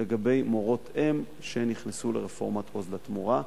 לגבי מורות-אם שנכנסו לרפורמת "עוז לתמורה",